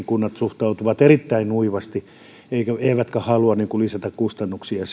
kunnat suhtautuvat erittäin nuivasti iltapäiväkerhoihin esiopetuksessa eivätkä halua lisätä sen kustannuksia